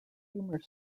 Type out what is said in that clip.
humor